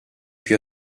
più